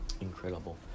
Incredible